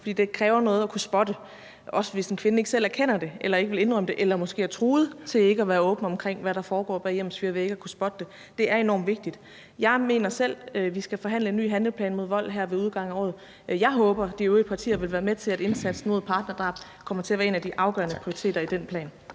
for det kræver noget at kunne spotte det, også hvis en kvinde ikke selv erkender eller vil indrømme det eller måske er truet til ikke at være åben om, hvad der foregår bag hjemmets fire vægge. Det er enormt vigtigt. Vi skal forhandle en ny handleplan mod vold ved udgangen af året. Jeg håber, at de øvrige partier vil være med til, at indsatsen mod partnerdrab kommer til at være en af de afgørende prioriteter i den plan.